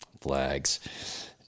flags